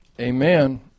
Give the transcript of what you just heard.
Amen